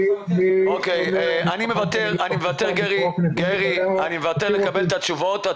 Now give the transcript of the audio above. אני מוותר על קבלת התשובות.